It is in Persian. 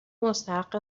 مستحق